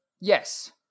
Yes